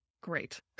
Great